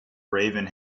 raven